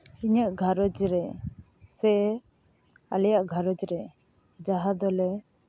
ᱤᱧᱟᱹᱜ ᱜᱷᱟᱨᱚᱸᱡᱽ ᱨᱮᱥᱮ ᱟᱞᱮᱭᱟᱜ ᱜᱷᱟᱨᱚᱸᱡᱽ ᱨᱮ ᱡᱟᱦᱟᱸ ᱫᱚᱞᱮ